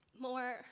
more